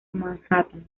manhattan